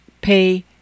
pay